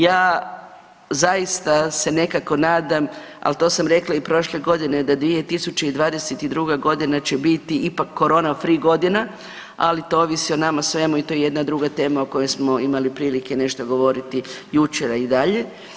Ja zaista se nekako nadam, ali to sam rekla i prošle godine, da 2022. će biti ipak korona free godina, ali to ovisi o nama i svemu i to je jedna druga tema o kojoj smo imali prilike nešto govoriti jučer, a i dalje.